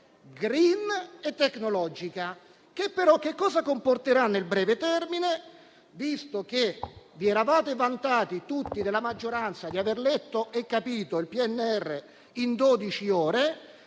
*green* e tecnologica, che però cosa comporterà nel breve termine? Visto che vi eravate vantati tutti nella maggioranza di aver letto e capito il PNRR in dodici ore,